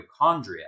mitochondria